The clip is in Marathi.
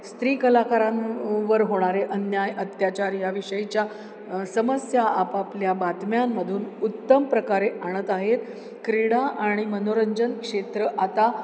स्त्री कलाकारांवर होणारे अन्याय अत्याचार या विषयीच्या समस्या आपापल्या बातम्यांमधून उत्तम प्रकारे आणत आहे क्रीडा आणि मनोरंजन क्षेत्र आता